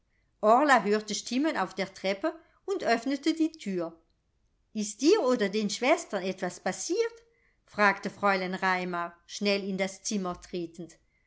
hörte stimmen auf der treppe und öffnete die thür ist dir oder den schwestern etwas passiert fragte fräulein raimar schnell in das zimmer tretend